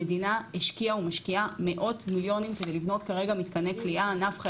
המדינה השקיעה ומשקיעה מאות מיליונים כדי לבנות כרגע מתקני כליאה: נפחא,